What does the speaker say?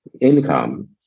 income